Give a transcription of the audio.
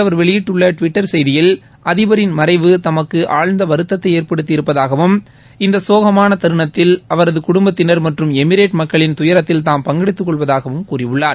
அவர் இன்று வெளியிடுள்ள டுவிட்டர் செய்தியில் அதிபரின் மறைவு தமக்கு ஆழ்ந்த வருத்தத்தை ஏற்படுத்தி இருப்பதாகவும் இந்த சோகமான தருணத்தில் அவரது குடும்பத்தினர் மற்றும் எமிரேட் மக்களின் துயரத்தில் பங்கெடுத்துக் கொள்வதாகவும் கூறியுள்ளார்